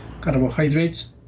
carbohydrates